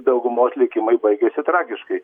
daugumos likimai baigėsi tragiškai